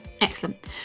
excellent